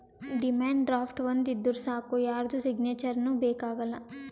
demand draft ಒಂದ್ ಇದ್ದೂರ್ ಸಾಕ್ ಯಾರ್ದು ಸಿಗ್ನೇಚರ್ನೂ ಬೇಕ್ ಆಗಲ್ಲ